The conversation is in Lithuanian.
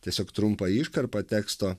tiesiog trumpą iškarpą teksto